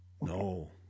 No